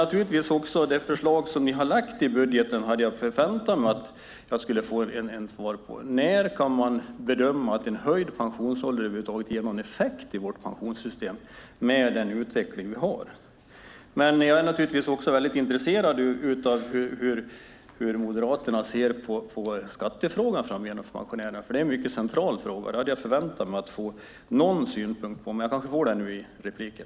När det gäller det förslag som ni har lagt hade jag förväntat mig att få svar på när man bedömer att en höjd pensionsålder ger någon effekt i vårt pensionssystem med den utveckling vi har. Jag är naturligtvis också intresserad av hur Moderaterna ser på skattefrågan framöver för pensionärerna. Det är en central fråga som jag hade förväntat mig att få en kommentar till. Det kanske jag får nu i repliken.